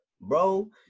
bro